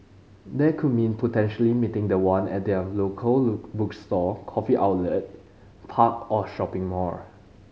that could mean potentially meeting the one at their local look bookstore coffee outlet park or shopping mall